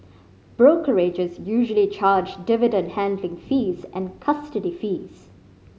brokerages usually charge dividend handling fees and custody fees